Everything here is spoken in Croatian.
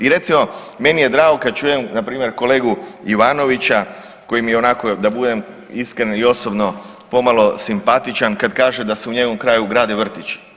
I recimo meni je drago kada čujem npr. kolegu Ivanovića koji mi je onako da budem iskren i osobno pomalo simpatičan kada kaže da se u njegovom kraju grade vrtići.